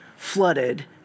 flooded